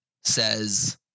says-